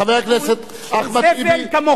חבר הכנסת אחמד טיבי, הוא זבל כמוך.